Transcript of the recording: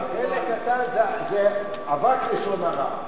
חלק קטן זה אבק לשון הרע.